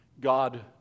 God